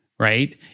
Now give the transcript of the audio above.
right